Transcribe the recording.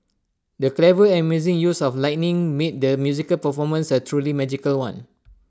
the clever and amazing use of lighting made the musical performance A truly magical one